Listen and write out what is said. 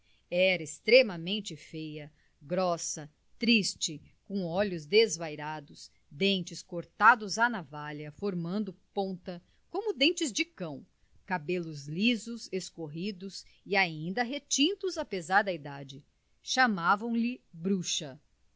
era extremamente feia grossa triste com olhos desvairados dentes cortados à navalha formando ponta como dentes de cão cabelos lisos escorridos e ainda retintos apesar da idade chamavam-lhe bruxa